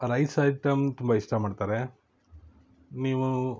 rice item ತುಂಬ ಇಷ್ಟ ಮಾಡ್ತಾರೆ ನೀವು